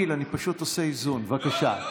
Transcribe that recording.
בבקשה.